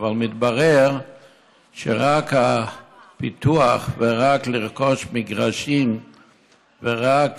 אבל מתברר שרק הפיתוח ורק לרכוש מגרשים ורק